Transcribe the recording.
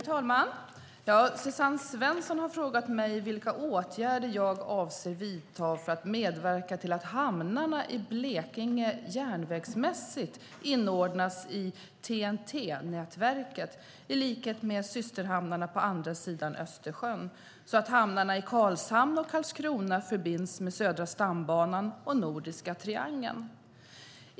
Fru talman! Suzanne Svensson har frågat mig vilka åtgärder jag avser att vidta för att medverka till att hamnarna i Blekinge järnvägsmässigt inordnas i TEN-T-nätverket i likhet med systerhamnarna på andra sidan Östersjön, så att hamnarna i Karlshamn och Karlskrona förbinds med Södra stambanan och Nordiska triangeln.